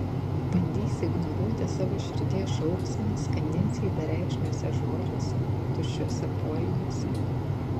bandysi ignoruoti savo širdies šauksmą skandinsi jį bereikšmiuose žodžiuose tuščiuose poelgiuose